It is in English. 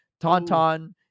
Tauntaun